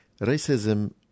racism